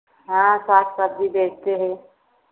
हाँ साग सब्ज़ी बेचते हैं